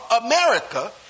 America